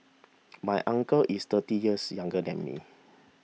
my uncle is thirty years younger than me